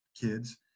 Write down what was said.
kids